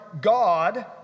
God